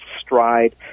Stride